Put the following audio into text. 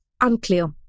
Unclear